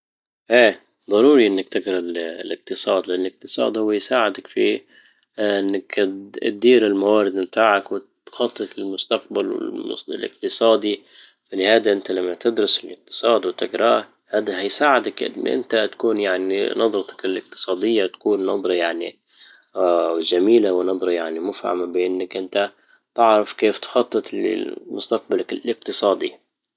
ايه ضروري انك تجرا الاقتصاد لان الاقتصاد هو يساعدك في اه انك تدير الموارد بتاعك وتخطط للمستقبل المسـ- الاقتصادي فلهذا انت لما تدرس الاقتصاد وتقرأه هذا هيساعدك ان انت هتكون يعني نظرتك الاقتصادية تكون نظرة يعني وجميلة ونظرة يعني مفعمة بانك انت تعرف كيف تخطط لمستقبلك الاقتصادي